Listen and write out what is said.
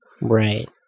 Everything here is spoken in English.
Right